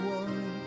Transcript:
one